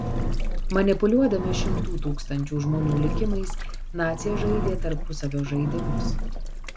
manipuliuodami šimtų tūkstančių žmonių likimais naciai žaidė tarpusavio žaidimus